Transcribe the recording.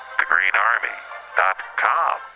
thegreenarmy.com